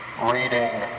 Reading